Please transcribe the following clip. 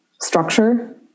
structure